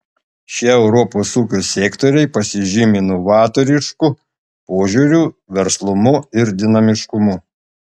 šie europos ūkio sektoriai pasižymi novatorišku požiūriu verslumu ir dinamiškumu